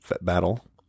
battle